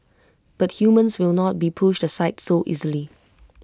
but humans will not be pushed aside so easily